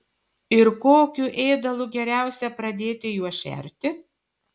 ir kokiu ėdalu geriausia pradėti juos šerti